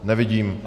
Nevidím.